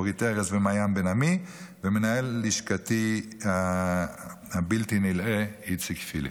לאורית ארז ומעיין בן עמי ולמנהל לשכתי הבלתי-נלאה איציק פיליפ.